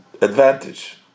advantage